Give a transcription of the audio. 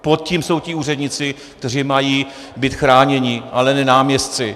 Pod tím jsou ti úředníci, kteří mají být chráněni, ale ne náměstci.